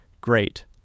Great